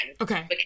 Okay